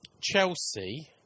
Chelsea